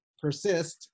persist